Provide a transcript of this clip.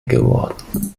geworden